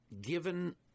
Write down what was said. given